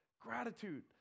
Gratitude